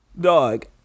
dog